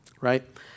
right